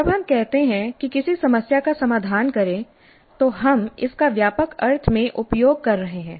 जब हम कहते हैं कि किसी समस्या का समाधान करें तो हम इसका व्यापक अर्थ में उपयोग कर रहे हैं